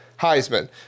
Heisman